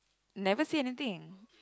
never say anything